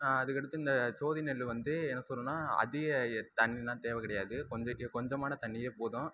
அதுக்கடுத்து இந்த ஜோதி நெல் வந்து என்ன சொல்கிறதுனா அதிக தண்ணியெலாம் தேவை கிடையாது கொஞ்சம் கொஞ்சமான தண்ணியே போதும்